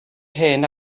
hen